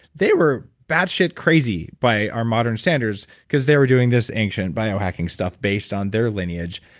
they were bat shit crazy by our modern standards because they were doing this ancient biohacking stuff based on their lineage.